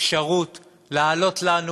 אפשרות להעלות לנו